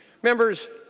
members